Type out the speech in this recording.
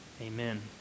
Amen